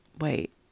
wait